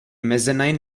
mezzanine